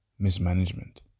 Mismanagement